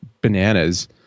bananas